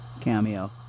cameo